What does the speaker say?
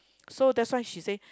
so that's why she say